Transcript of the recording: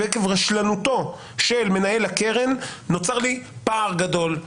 עקב רשלנותו של מנהל הקרן נוצר לי פער גדול.